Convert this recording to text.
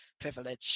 privilege